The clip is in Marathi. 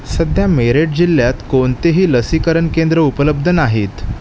सध्या मेरठ जिल्ह्यात कोणतेही लसीकरण केंद्र उपलब्ध नाहीत